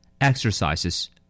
Exercises